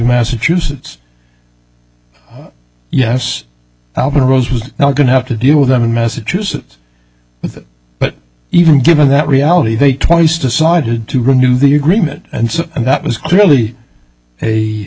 massachusetts yes album rose was now going to have to deal with them in massachusetts but even given that reality they twice decided to renew the agreement and so that was clearly a